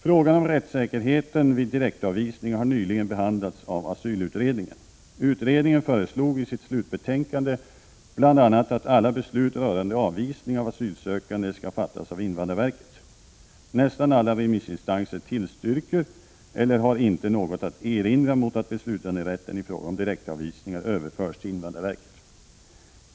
Frågan om rättssäkerheten vid direktavvisningar har nyligen behandlats av asylutredningen. Utredningen föreslog i sitt slutbetänkande bl.a. att alla beslut rörande avvisning av asylsökande skall fattas av invandrarverket. Nästan alla remissinstanser tillstyrker eller har inte något att erinra mot att beslutanderätten i fråga om direktavvisningar överförs till invandrarverket.